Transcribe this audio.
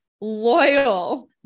loyal